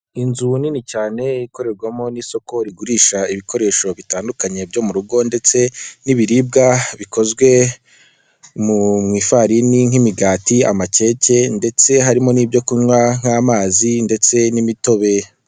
Inzu nini cyane ikorerwamo n'isoko rigurisha ibikoresho bitandukanye byo mu rugo ndetse n'ibiribwa bikozwe mu ifarini nk'imigati, amakeke, ndetse harimo n'ibyo kunywa nk'amazi ndetse n'imitobe.